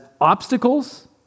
obstacles